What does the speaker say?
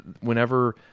whenever